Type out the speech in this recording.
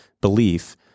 belief